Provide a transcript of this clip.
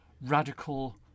radical